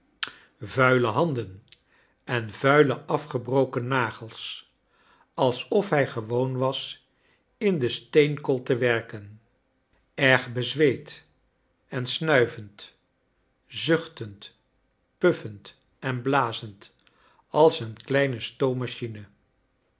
yuile handen en vuile afgebroken nagels als of hij gewoon was in de steenkool te werken erg bezweet en snuivend zuchtend puffend en blazend als een kleine stoommachine